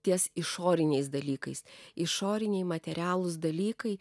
ties išoriniais dalykais išoriniai materialūs dalykai